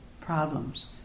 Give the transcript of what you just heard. problems